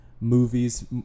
movies